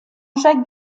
jacques